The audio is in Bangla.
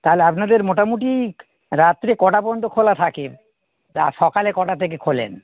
তাহলে আপনাদের মোটামুটি রাত্রে কটা পর্যন্ত খোলা থাকে তা সকালে কটা থেকে খোলেন